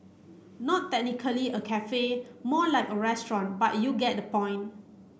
not technically a cafe more like a restaurant but you get the point